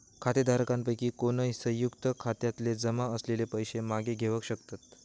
खातेधारकांपैकी कोणय, संयुक्त खात्यातले जमा असलेले पैशे मागे घेवक शकतत